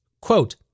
Quote